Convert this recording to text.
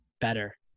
better